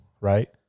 right